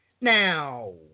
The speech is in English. Now